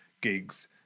gigs